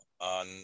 on